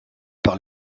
par